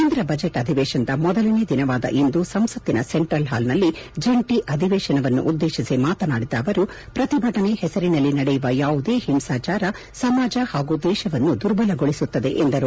ಕೇಂದ್ರ ಬಜೆಟ್ ಅಧಿವೇಶನದ ಮೊದಲನೇ ದಿನವಾದ ಇಂದು ಸಂಸತ್ತಿನ ಸೆಂಟ್ರಲ್ ಹಾಲ್ ನಲ್ಲಿ ಜಂಟಿ ಅಧಿವೇಶನವನ್ನುದ್ದೇಶಿಸಿ ಮಾತನಾಡಿದ ಅವರು ಪ್ರತಿಭಟನೆ ಹೆಸರಿನಲ್ಲಿ ನಡೆಯುವ ಯಾವುದೇ ಹಿಂಸಾಚಾರ ಸಮಾಜ ಹಾಗೂ ದೇಶವನ್ನು ದುರ್ಬಲಗೊಳಿಸುತ್ತದೆ ಎಂದರು